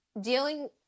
dealing